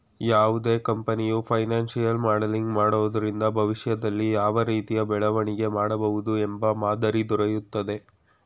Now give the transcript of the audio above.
ಯಾವುದೇ ಕಂಪನಿಯು financial modelling ಮಾಡೋದ್ರಿಂದ ಭವಿಷ್ಯದಲ್ಲಿ ಯಾವ ರೀತಿಯ ಬೆಳವಣಿಗೆ ಮಾಡಬಹುದು ಎಂಬ ಮಾದರಿ ದೊರೆಯುತ್ತದೆ